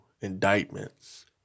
indictments